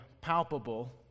palpable